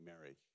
marriage